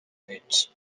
but